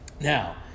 Now